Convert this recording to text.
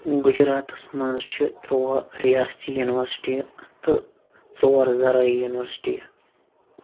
گُجراتَس منٛز چھِ تُرٛواہ رِیاستی یونیورسٹی تہٕ ژور زرٲعی یونیورسٹی